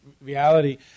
reality